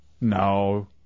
No